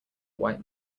white